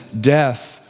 death